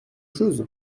chose